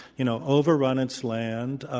you know, overrun its land,